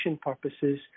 purposes